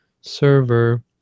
server